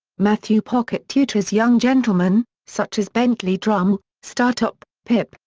matthew pocket tutors young gentlemen, such as bentley drummle, startop, pip,